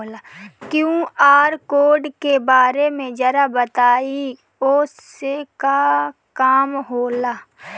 QR code के बारे में जरा बताई वो से का काम होला?